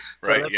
right